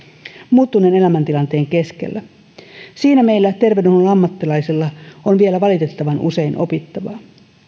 muuttuneen elämäntilanteen keskellä siinä meillä terveydenhuollon ammattilaisilla on vielä valitettavan usein opittavaa